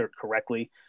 correctly